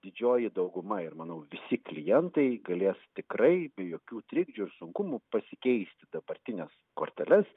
didžioji dauguma ir manau visi klientai galės tikrai be jokių trikdžių ir sunkumų pasikeisti dabartinius korteles